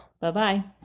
Bye-bye